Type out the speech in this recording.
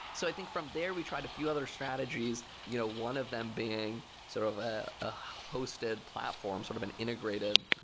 so i think from there we tried a few other strategies, you know one of them being sort of ah a hosted platform, sort of an integrated,